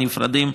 נפרדים,